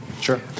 Sure